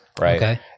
right